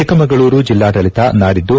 ಚಿಕ್ಕಮಗಳೂರು ಜಿಲ್ಲಾಡಳಿತ ನಾಡಿದ್ದು